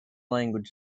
language